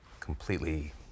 Completely